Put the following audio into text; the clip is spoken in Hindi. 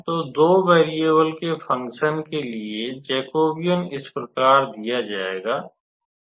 तो दो वेरियेबलके फंकशन के लिए जेकोबियन इस प्रकार दिया गया है